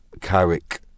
Carrick